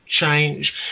change